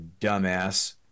dumbass